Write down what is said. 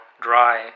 dry